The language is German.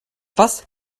was